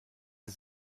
sie